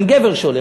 גם גבר שהולך,